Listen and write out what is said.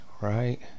right